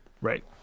Right